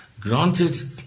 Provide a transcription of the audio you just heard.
Granted